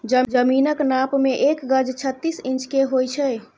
जमीनक नाप मे एक गज छत्तीस इंच केर होइ छै